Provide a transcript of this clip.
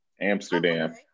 Amsterdam